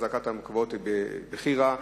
אחזקת המקוואות היא בכי רע.